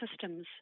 systems